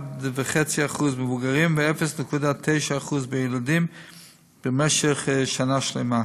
1.5% מבוגרים ו-0.9% ילדים במשך שנה שלמה.